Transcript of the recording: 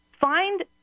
find